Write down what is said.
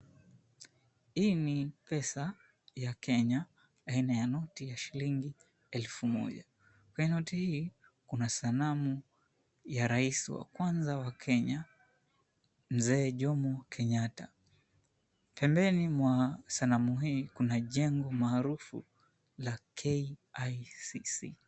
Hii ni pesa ya Kenya aina ya noti ya shilingi elfu moja. Katika noti hii kuna sanamu ya rais wa kwanza wa Kenya, Mzee Jomo Kenyatta. Pembeni mwa sanamu hii mna jengo maarufu la KICC.